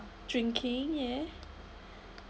drinking yeah